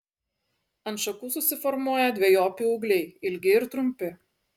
ant šakų susiformuoja dvejopi ūgliai ilgi ir trumpi